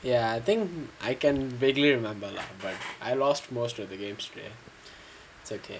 ya I think I can vaguely remember lah but I lost most of the games it's okay